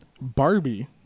Barbie